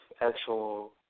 actual